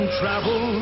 travel